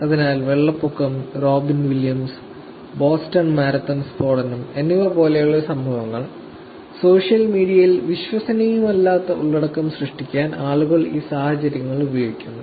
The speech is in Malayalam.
അതിനാൽ വെള്ളപ്പൊക്കം റോബിൻ വില്യംസ് ബോസ്റ്റൺ മാരത്തൺ സ്ഫോടനം എന്നിവ പോലുള്ള സംഭവങ്ങൾ സോഷ്യൽ മീഡിയയിൽ വിശ്വസനീയമല്ലാത്ത ഉള്ളടക്കം സൃഷ്ടിക്കാൻ ആളുകൾ ഈ സാഹചര്യങ്ങൾ ഉപയോഗിക്കുന്നു